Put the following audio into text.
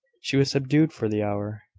she was subdued for the hour.